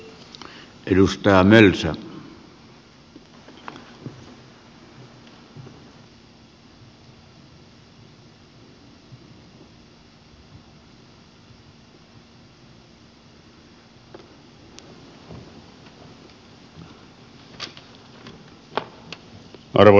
arvoisa puhemies